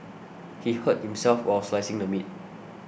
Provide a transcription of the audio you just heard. he hurt himself while slicing the meat